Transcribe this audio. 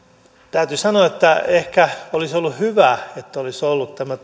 täytyy sanoa että ehkä olisi ollut hyvä että olisi ollut tämä